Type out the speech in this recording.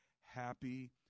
happy